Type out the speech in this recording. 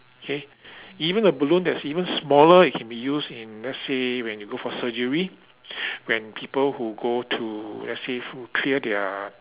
K even a balloon that's even smaller it can be used in let's say when you go for surgery when people who go to let's say to clear their